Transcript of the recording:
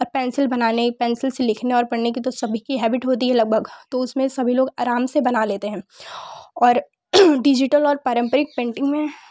और पेंसिल बना ले पेंसिल से लिखने और पढ़ने की तो सभी की हेबिट होती है लगभग तो उसमें सभी लोग आराम से बना लेते हैं और डिजिटल और पारंपरिक पेंटिग में